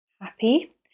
happy